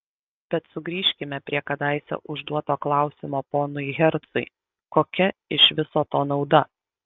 bet sugrįžkime prie kadaise užduoto klausimo ponui hercui kokia iš viso to nauda